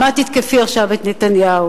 מה תתקפי עכשיו את נתניהו,